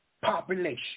population